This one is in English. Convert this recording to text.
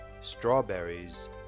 strawberries